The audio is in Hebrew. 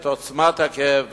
ואת עוצמת הכאב,